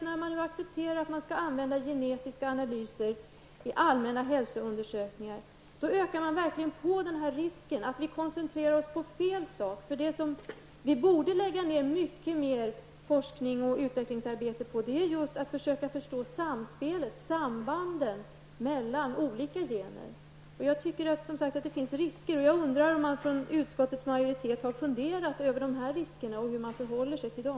När vi nu accepterar genetiska analyser i allmänna hälsoundersökningar, ökar vi verkligen denna risk. Vi koncentrerar oss på fel saker. Det som vi borde lägga ner mycket mer forsknings och utvecklingsarbete på är att försöka förstå sambanden mellan olika gener. Jag tycker som sagt att där finns risker. Jag undrar om utskottsmajoriteten har funderat över dessa risker och hur man förhåller sig till dem.